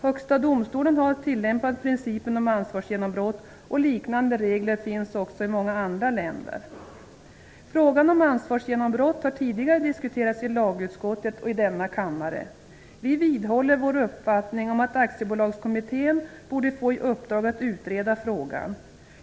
Högsta domstolen har tillämpat principen om ansvarsgenombrott, och liknande regler finns också i många andra länder. Frågan om ansvarsgenombrott har tidigare diskuterats i lagutskottet och i denna kammare. Vi socialdemokrater vidhåller vår uppfattning att Aktiebolagskommittén borde få i uppdrag att utreda frågan.